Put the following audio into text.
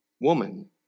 woman